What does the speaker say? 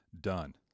done